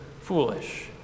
foolish